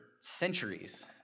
centuries